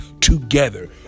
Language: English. together